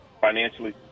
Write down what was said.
financially